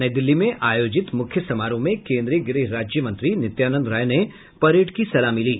नई दिल्ली में आयोजित मुख्य समारोह में केन्द्रीय गृह राज्य मंत्री नित्यानंद राय ने परेड की सलामी ली